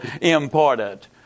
important